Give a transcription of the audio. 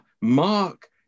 Mark